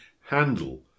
handle